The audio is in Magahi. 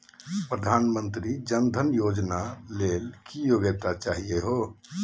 प्रधानमंत्री जन धन योजना ला की योग्यता चाहियो हे?